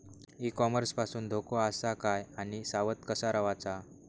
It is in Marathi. ई कॉमर्स पासून धोको आसा काय आणि सावध कसा रवाचा?